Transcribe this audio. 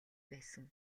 байсан